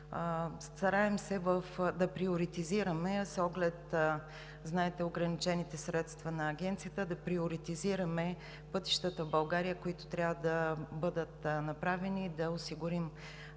Стараем се с оглед ограничените средства на Агенцията да приоретизираме пътищата в България, които трябва да бъдат направени, да осигурим